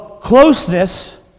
closeness